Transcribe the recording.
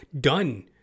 done